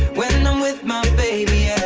when i'm with my baby,